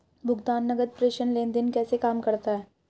भुगतान नकद प्रेषण लेनदेन कैसे काम करता है?